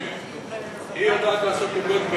באה עכשיו מהוועדה המסדרת,